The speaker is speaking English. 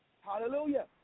Hallelujah